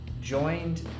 joined